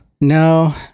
No